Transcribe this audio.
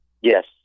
Yes